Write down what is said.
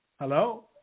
Hello